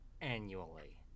annually